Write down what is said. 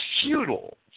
futile